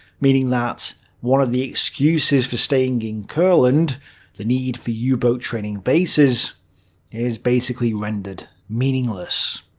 meaning that one of the excuses for staying in courland the need for yeah u-boat training bases is basically rendered meaningless.